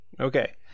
Okay